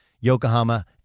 Yokohama